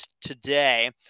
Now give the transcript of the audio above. today